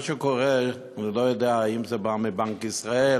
מה שקורה, אני לא יודע אם זה בא מבנק ישראל,